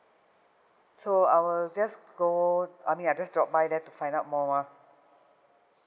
so I'll just go I mean I just drop by there to find out more ah